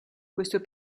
questo